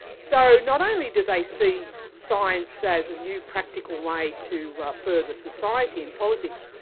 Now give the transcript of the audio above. so not only do they see science as a new practical way to further society and politics,